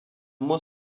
moins